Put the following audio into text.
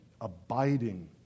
abiding